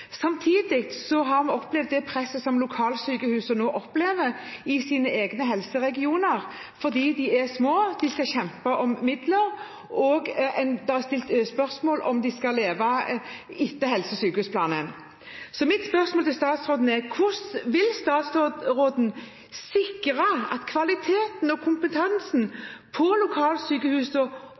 Samtidig har vi opplevd det presset som lokalsykehus nå opplever i sine egne helseregioner, fordi de er små og skal kjempe om midler, og det er stilt spørsmål om de vil overleve etter helse- og sykehusplanen. Mitt spørsmål til statsråden er: Hvordan vil statsråden sikre at kvaliteten og kompetansen ved lokalsykehusene opprettholdes mens vi venter på helse- og